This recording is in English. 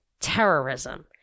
terrorism